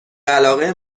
علاقه